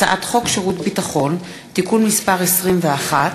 הצעת חוק שירות ביטחון (תיקון מס' 21),